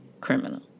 criminal